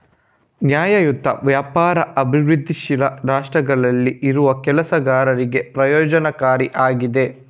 ನ್ಯಾಯಯುತ ವ್ಯಾಪಾರ ಅಭಿವೃದ್ಧಿಶೀಲ ರಾಷ್ಟ್ರಗಳಲ್ಲಿ ಇರುವ ಕೆಲಸಗಾರರಿಗೆ ಪ್ರಯೋಜನಕಾರಿ ಆಗಿದೆ